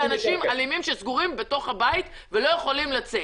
זה אנשים אלימים שסגורים בתוך הבית ולא יכולים לצאת.